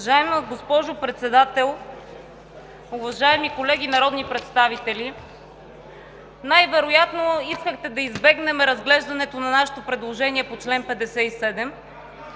Уважаема госпожо Председател, уважаеми колеги народни представители! Най-вероятно искахте да избегнем разглеждането на нашето предложение по чл. 57